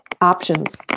options